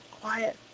quiet